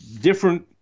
different